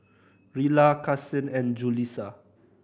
Rilla Carsen and Julissa